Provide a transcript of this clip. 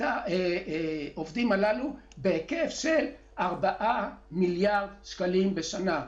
העובדים הללו בהיקף של ארבעה מיליארד שקלים בשנה.